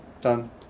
done